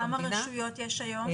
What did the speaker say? כמה רשויות יש היום?